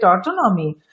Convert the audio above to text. autonomy